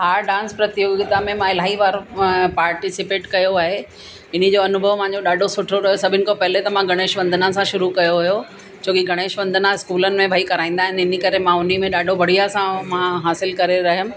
हा डांस प्रतियोगिता में मां इलाही बारो पार्टिसिपेट कयो आहे इनजो अनुभवु मुहिंजो ॾाढो सुठो रहियो सभिनि खो पहिरीं त मां गणेश वंदना सां शुरू कयो हुयो छो की गणेश वंदना इस्कूलनि में भाई कराईंदा आहिनि इन करे मां उनमें ॾाढो बढ़िया सां मां हासिलु करे रहियम